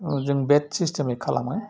जों बेट सिस्टेमै खालामो